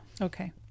Okay